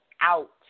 out